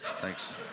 Thanks